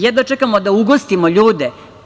Jedva čekamo da ugostimo ljude.